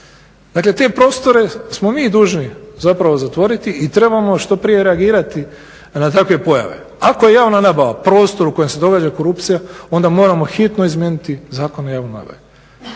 Dakle te prostore smo mi dužni zapravo zatvoriti i trebamo što prije reagirati na takve pojave. Ako je javna nabava prostor u kojem se događa korupcija onda moramo hitno izmijeniti Zakon o javnoj nabavi.